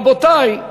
רבותי,